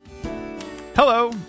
Hello